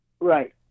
Right